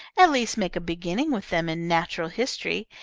at least make a beginning with them in natural history,